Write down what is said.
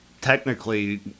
technically